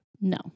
No